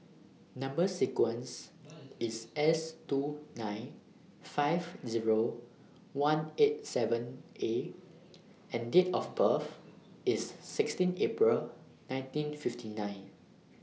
Number sequence IS S two nine five Zero one eight seven A and Date of birth IS sixteen April nineteen fifty nine